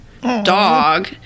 dog